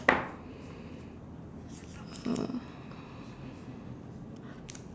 uh